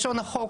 לשון החוק,